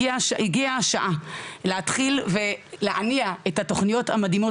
הגיעה השעה להתחיל ולהניע את התוכניות המדהימות.